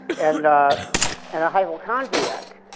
and and a hypochondriac.